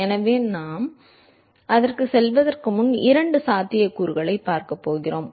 எனவே நாம் அதற்குச் செல்வதற்கு முன் இரண்டு சாத்தியக்கூறுகளைப் பார்க்கப் போகிறோம்